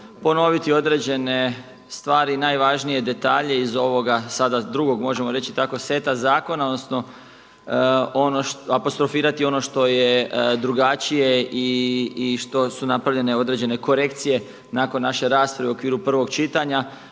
ponoviti određene stvari i najvažnije detalje iz ovoga sada drugog, možemo reći tako, seta zakona odnosno apostrofirati ono što je drugačije i što su napravljene određene korekcije nakon naše rasprave u okviru prvog čitanja,